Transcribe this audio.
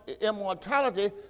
immortality